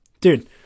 dude